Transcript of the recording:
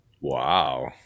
wow